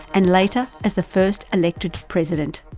and later as the first elected president.